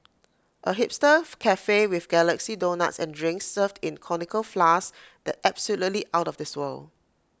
A hipster Cafe with galaxy donuts and drinks served in conical flasks that's absolutely out of this world